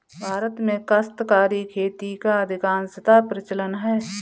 भारत में काश्तकारी खेती का अधिकांशतः प्रचलन है